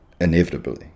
inevitably